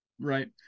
Right